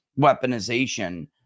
weaponization